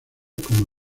como